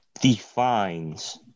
defines